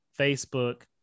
Facebook